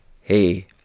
Hey